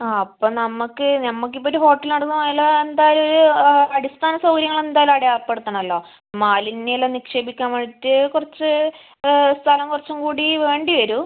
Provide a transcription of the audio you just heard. ആ അപ്പം നമ്മൾക്ക് നമ്മൾക്ക് ഇപ്പോൾ ഒരു ഹോട്ടൽ അഥവാ അതിന് എന്തായാലും ഒരു അടിസ്ഥാന സൗകര്യങ്ങൾ എന്തായാലും അവിടെ ഏർപ്പെടുത്തണമല്ലോ മാലിന്യം എല്ലാം നിക്ഷേപിക്കാൻ വേണ്ടിയിട്ട് കുറച്ച് സ്ഥലം കുറച്ചും കൂടി വേണ്ടി വരും